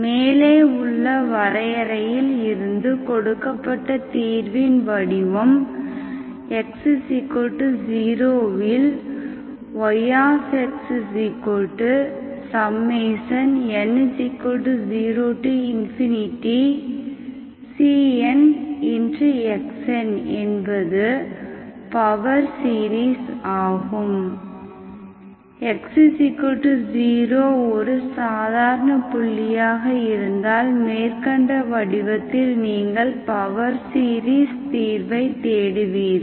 மேலே உள்ள வரையறையில் இருந்து கொடுக்கப்பட்ட தீர்வின் வடிவம்x 0 இல் yxn 0cnxn என்பது பவர் சீரிஸ் ஆகும் x 0 ஒரு சாதாரணப் புள்ளியாக இருந்தால் மேற்கண்ட வடிவத்தில் நீங்கள் பவர் சீரிஸ் தீர்வை தேடுவீர்கள்